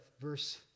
Verse